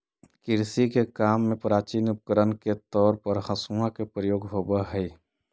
कृषि के काम में प्राचीन उपकरण के तौर पर हँसुआ के प्रयोग होवऽ हई